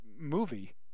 movie